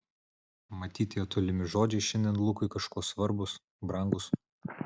matyt tie tolimi žodžiai šiandien lukui kažkuo svarbūs brangūs